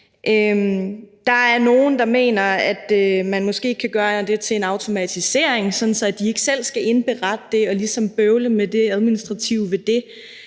Der er nogle, der mener, at man måske kan gøre det til en automatisering, sådan at de ikke selv skal indberette det og ligesom bøvle med det administrative ved det.